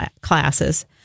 classes